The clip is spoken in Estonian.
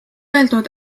öeldud